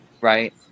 Right